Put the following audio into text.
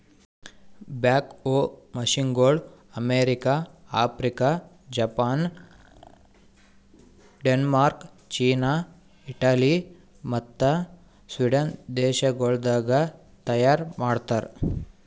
back ಹೋ ಮಷೀನಗೊಳ್ America, Africa, Japan, Denmark, China, Italy ಮತ್ತ ಸ್ವೀಡನ್ ದೇಶಗೊಳ್ದಾಗ್ ತೈಯಾರ್ ಮಾಡ್ತಾರ್